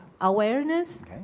awareness